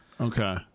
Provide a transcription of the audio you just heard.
Okay